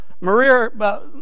Maria